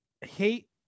hate